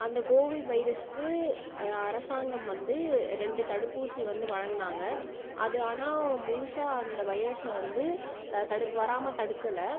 அந்த கோவிட் வைரஸுக்கு அரசாங்கம் வந்து ரெண்டு தடுப்பூசி வந்து வழங்கினாங்க அது ஆனால் முழுசாக அந்த வைரஸை வந்து த தடுக் வராமல் தடுக்கலை